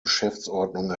geschäftsordnung